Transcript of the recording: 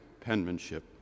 penmanship